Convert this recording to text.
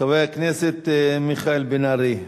חבר הכנסת מיכאל בן-ארי,